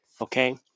okay